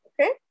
Okay